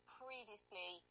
previously